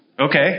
Okay